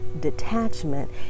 detachment